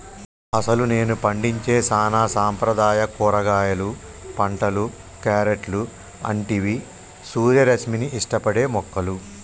అసలు నేడు పండించే సానా సాంప్రదాయ కూరగాయలు పంటలు, క్యారెట్లు అంటివి సూర్యరశ్మిని ఇష్టపడే మొక్కలు